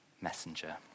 messenger